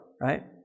right